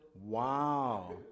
Wow